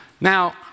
Now